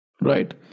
right